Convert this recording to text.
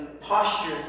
posture